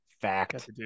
fact